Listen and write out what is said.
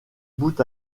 bout